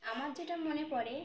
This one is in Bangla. আমার যেটা মনে পড়ে